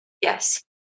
Yes